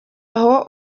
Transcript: aho